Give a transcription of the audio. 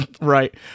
Right